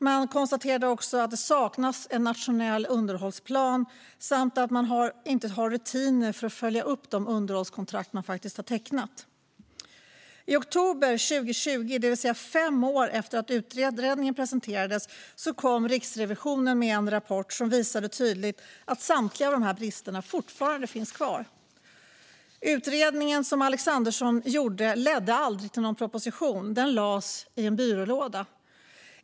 Man konstaterade också att det saknas en nationell underhållsplan samt att det inte finns rutiner för att följa upp de underhållskontrakt som tecknats. I oktober 2020, det vill säga fem år efter att utredningen presenterats, kom Riksrevisionen med en rapport som tydligt visade att samtliga dessa brister fortfarande finns kvar. Utredningen som Alexandersson gjorde ledde aldrig till någon proposition; den lades i en byrålåda.